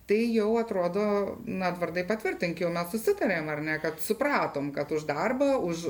tai jau atrodo na edvardai patvirtink jau mes susitarėm ar ne kad supratome kad už darbą už